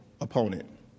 opponent